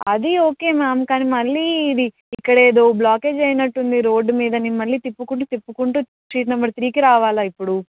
అది okay ma'am కానీ మళ్ళీ ఇది ఇక్కడ ఏదో బ్లాకేజ్ అయినట్టు ఉంది రోడ్డు మీద నేను మళ్ళీ తిప్పుకుని తిప్పుకుంటు స్ట్రీట్ నెంబర్ త్రీకి రావాలా ఇప్పుడు